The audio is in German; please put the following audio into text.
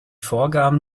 vorgaben